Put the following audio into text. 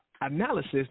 analysis